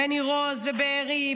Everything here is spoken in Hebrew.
בניר עוז ובארי,